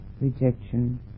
rejection